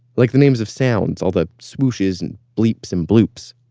like the names of sounds, all the swooshes, and bleeps and bloops.